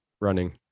running